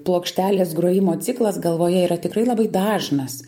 plokštelės grojimo ciklas galvoje yra tikrai labai dažnas